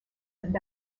and